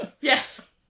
Yes